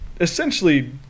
essentially